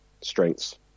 strengths